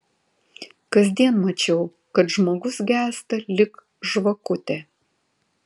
kasdien mačiau kad žmogus gęsta lyg žvakutė